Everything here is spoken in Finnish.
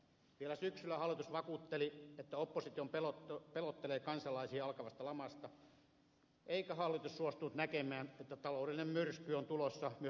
vielä syksyllä hallitus vakuutteli että oppositio pelottelee kansalaisia alkavasta lamasta eikä hallitus suostunut näkemään että taloudellinen myrsky on tulossa myös suomen ylle